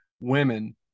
women